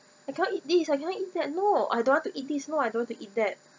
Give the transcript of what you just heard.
I cannot eat this I cannot eat that no I don't want to eat this no I don't want to eat that